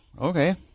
okay